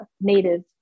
native